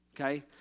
Okay